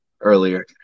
earlier